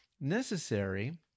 necessary